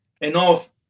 enough